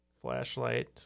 flashlight